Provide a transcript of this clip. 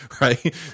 right